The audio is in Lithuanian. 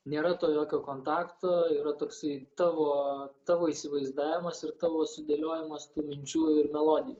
nėra to jokio kontakto yra toksai tavo tavo įsivaizdavimas ir tavo sudėliojimas tų minčių ir melodijų